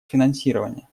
финансирования